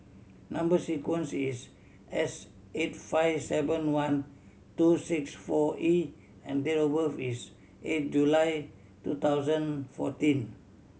number sequence is S eight five seven one two six four E and date of birth is eight July two thousand fourteen